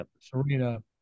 Serena